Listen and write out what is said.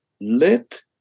let